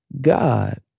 God